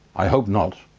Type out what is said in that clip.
i hope not.